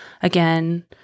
Again